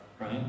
right